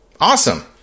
Awesome